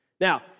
now